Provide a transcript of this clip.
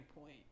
point